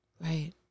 Right